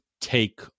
take